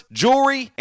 jewelry